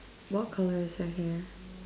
what colour is her hair